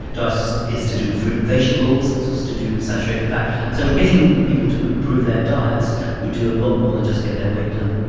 is to do with fruit and vegetables, so to do with saturated fat so getting people to improve their diets would do a lot more than just get their weight down.